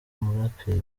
umuraperi